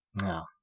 No